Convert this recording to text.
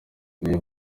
iyo